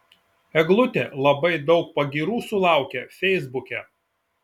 eglutė labai daug pagyrų sulaukia feisbuke